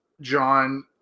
John